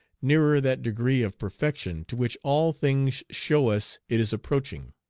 nearer that degree of perfection to which all things show us it is approaching.